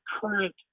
current